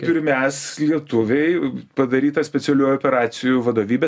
ir mes lietuviai padaryta specialiųjų operacijų vadovybė